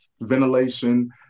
ventilation